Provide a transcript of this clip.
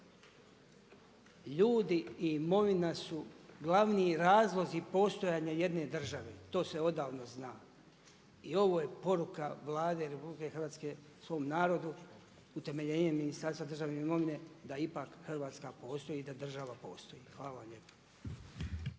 Ljudi i imovina su glavni razlozi postojanja jedne države, to se odavno zna i ovo je poruka Vlade RH svom narodu utemeljenjem Ministarstva državne imovine da ipak Hrvatska postoji i da država postoji. Hvala vam lijepa.